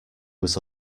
was